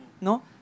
no